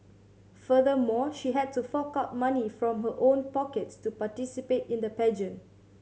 furthermore she had to fork out money from her own pockets to participate in the pageant